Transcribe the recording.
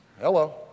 Hello